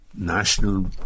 national